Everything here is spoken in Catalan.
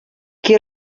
qui